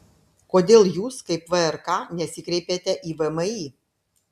kodėl jūs kaip vrk nesikreipėte į vmi